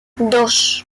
dos